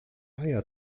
eier